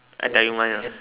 I tell you mine lah